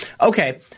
Okay